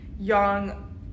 young